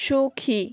সুখী